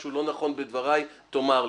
אני מניח שאם תמצא משהו לא נכון בדבריי תאמר לי.